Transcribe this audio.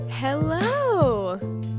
Hello